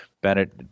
Bennett